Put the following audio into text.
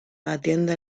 atiende